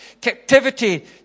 Captivity